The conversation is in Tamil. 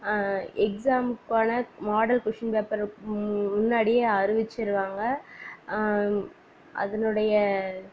எக்ஸாமுக்கான மாடல் கொஷின் பேப்பர் முன்னாடியே அறிவிச்சுருவாங்க அதனுடைய